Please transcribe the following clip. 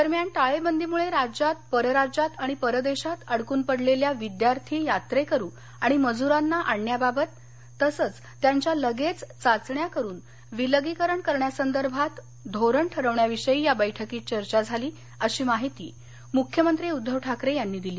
दरम्यान टाळेबंदीमुळे राज्यात परराज्यात आणि परदेशात अडकून पडलेल्या विद्यार्थी यात्रेकरू आणि मजुरांना आणण्याबाबत तसंच त्यांच्या लगेच चाचण्या करून विलगीकरण करण्यासंदर्भात धोरण ठरवण्याविषयी या बैठकीत चर्चा झाली अशी माहिती मुख्यमंत्री उद्धव ठाकरे यांनी दिली